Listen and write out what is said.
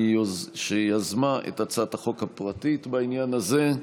שיזמה את הצעת החוק הפרטית בעניין הזה,